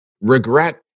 regret